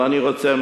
אבל אני רוצה,